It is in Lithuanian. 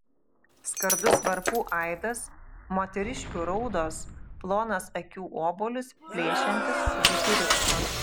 skardus varpų aidas moteriškių raudos plonas akių obuolius plėšiantis kūdikių riksmas